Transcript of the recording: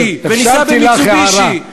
נקבל "מיצובישי" וניסע ב"מיצובישי" אפשרתי לך הערה.